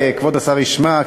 חשוב לי שכבוד השר ישמע.